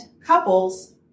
couples